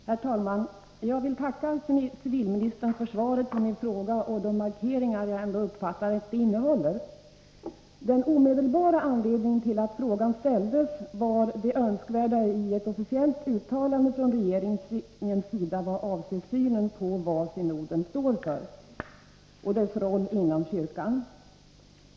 Herr talman! Jag vill tacka civilministern för svaret på min fråga och för de markeringar som jag uppfattar att det innehåller. Den omedelbara anledningen till att frågan ställdes var att det är önskvärt med ett officiellt uttalande från regeringen vad avser synen på vad synoden står för och dess roll inom svenska kyrkan.